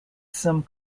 some